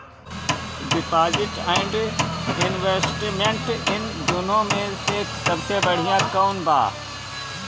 Deposit and investment इन दुनो मे से सबसे बड़िया कौन बा?